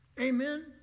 Amen